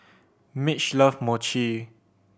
Mitch love Mochi